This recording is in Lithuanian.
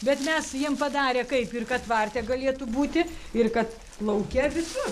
bet mes jiem padarę kaip ir kad tvarte galėtų būti ir kad lauke visur